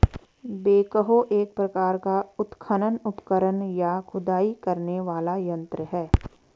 backhoe एक प्रकार का उत्खनन उपकरण, या खुदाई करने वाला यंत्र है